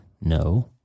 No